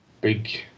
big